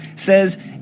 says